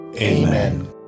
Amen